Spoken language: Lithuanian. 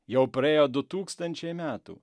jau praėjo du tūkstančiai metų